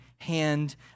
hand